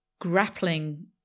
grappling